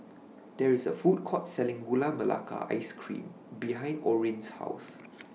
There IS A Food Court Selling Gula Melaka Ice Cream behind Orin's House